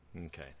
Okay